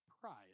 pride